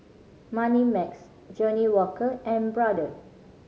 Moneymax Johnnie Walker and Brother